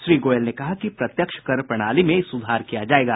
श्री गोयल ने कहा कि प्रत्यक्ष कर प्रणाली में सुधार किया जाएगा